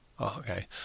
Okay